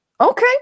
Okay